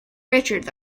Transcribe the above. richards